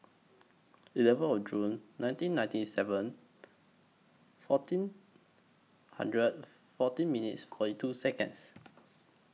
eleven Or June nineteen ninety seven fourteen hundred fourteen minutes forty two Seconds